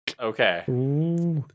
Okay